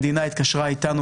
המדינה התקשרה איתנו,